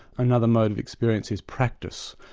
another mode of experience is practice.